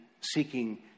seeking